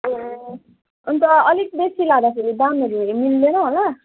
ए हुन त अलिक बेसी लाँदाखेरि दामहरू मिल्दैन होला